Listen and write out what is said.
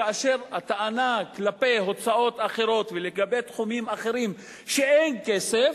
כאשר הטענה כלפי הוצאות אחרות ולגבי תחומים אחרים היא שאין כסף,